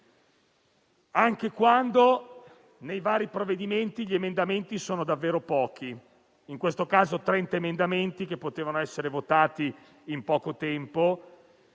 anche quando, nei vari provvedimenti, gli emendamenti sono davvero pochi (in questo caso trenta), e potrebbero essere votati in poco tempo.